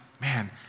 man